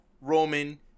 Roman